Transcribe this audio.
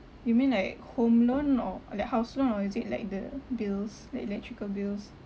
you mean like home loan or like house loan or is it like the bills the electrical bills